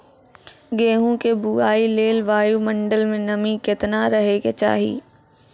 गेहूँ के बुआई लेल वायु मंडल मे नमी केतना रहे के चाहि?